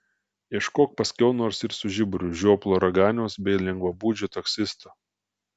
ieškok paskiau nors ir su žiburiu žioplo raganiaus bei lengvabūdžio taksisto